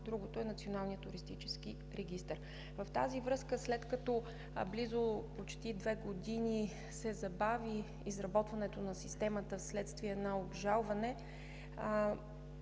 другото е Националният туристически регистър. В тази връзка, след като близо почти две години се забави изработването на системата вследствие на обжалване,